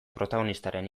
protagonistaren